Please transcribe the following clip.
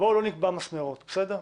בואו לא נקבע מסמרות, בסדר?